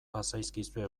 bazaizkizue